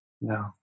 No